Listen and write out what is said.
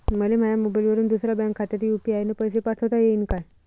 मले माह्या मोबाईलवरून दुसऱ्या बँक खात्यात यू.पी.आय न पैसे पाठोता येईन काय?